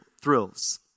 thrills